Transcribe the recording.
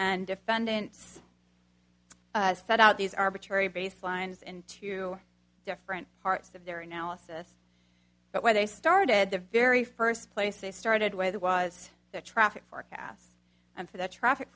and defendants fed out these arbitrary baselines into different parts of their analysis but when they started the very first place they started way that was the traffic forecasts and for that traffic